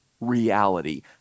reality